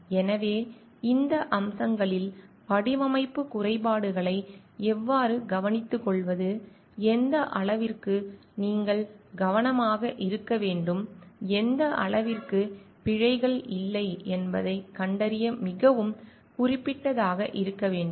எனவே இந்த அம்சங்களில் வடிவமைப்பு குறைபாடுகளை எவ்வாறு கவனித்துக்கொள்வது எந்த அளவிற்கு நீங்கள் கவனமாக இருக்க வேண்டும் எந்த அளவிற்கு பிழைகள் இல்லை என்பதைக் கண்டறிய மிகவும் குறிப்பிட்டதாக இருக்க வேண்டும்